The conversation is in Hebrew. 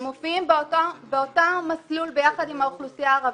הם מופיעים באותו מסלול ביחד עם האוכלוסייה הערבית.